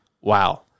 wow